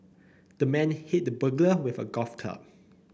the man hit the burglar with a golf club